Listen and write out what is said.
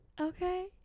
okay